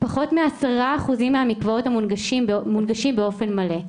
פחות מעשרה אחוזים מהמקוואות מונגשים באופן מלא.